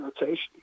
rotation